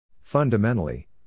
Fundamentally